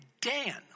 Dan